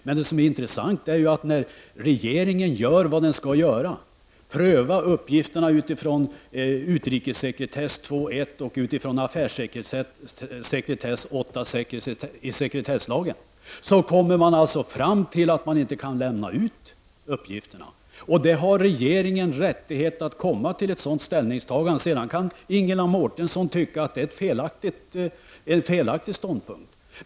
Det som är intressant är att när regeringen gör vad den skall göra, prövar uppgifterna utifrån 2.1 § om utrikessekretess och 8.6 § om affärssekretess i sekretesslagen, kommer man fram till att uppgifterna inte kan lämnas ut. Till ett sådant ställningstagande har regeringen rättighet att komma. Sedan kan Ingela Mårtensson tycka att det är en felaktig ståndpunkt.